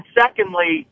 secondly